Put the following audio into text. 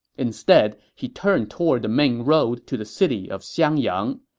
instead, he turned toward the main road to the city of xiangyang.